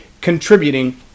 contributing